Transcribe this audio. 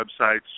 websites